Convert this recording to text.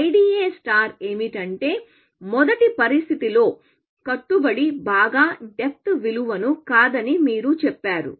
IDA ఏమిటంటే మొదటి పరిస్థితిలో కట్టుబడి బాగా డెప్త్ విలువ కాదని మీరు చెప్పారు